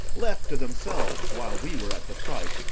left to themselves while we were at the fight,